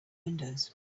windows